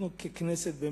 אנחנו ככנסת,